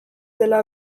dela